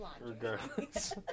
regardless